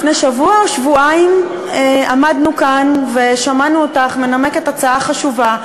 לפני שבוע או שבועיים עמדנו כאן ושמענו אותך מנמקת הצעה חשובה,